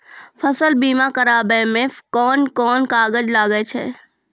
फसल बीमा कराबै मे कौन कोन कागज लागै छै?